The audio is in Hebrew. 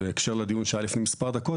בהקשר לדיון שהיה לפני מספר דקות,